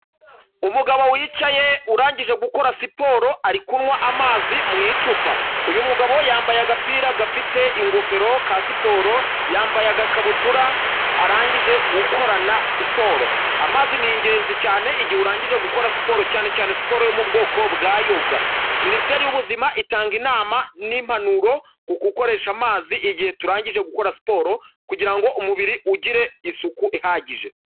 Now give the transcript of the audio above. Umugabo wicaye urangije gukora siporo ari kunywa amazi mu icupa, uyu mugabo yambaye agapira gafite ingofero ka siporo yambaye agakabutura arangije gukorana siporo, amazi n'ingenzi cyane igihe urangije gukora siporo cyane cyane siporo yo mu bwoko bwa yoga, minisiteri y'ubuzima itanga inama nimpanuro ku gukoresha amazi igihe turangije gukora siporo kugirango ngo umubiri ugire isuku ihagije.